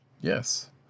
Yes